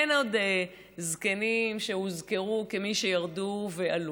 אין עוד זקנים שהוזכרו כמי שירדו ועלו,